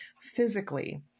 physically